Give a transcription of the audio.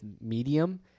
medium